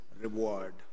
reward